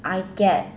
I get